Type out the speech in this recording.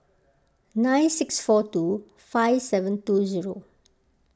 nine six four two five seven two zero